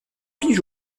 piges